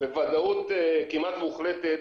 בוודאות כמעט מוחלטת